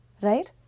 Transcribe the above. Right